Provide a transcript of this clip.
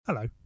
Hello